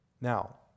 Now